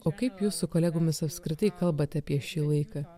o kaip jūs su kolegomis apskritai kalbate apie šį laiką